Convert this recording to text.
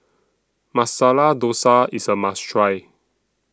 Masala Dosa IS A must Try